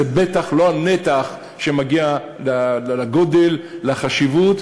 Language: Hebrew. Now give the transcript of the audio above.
זה בטח לא הנתח שמגיע לגודל, לחשיבות.